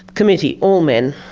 committee, all men,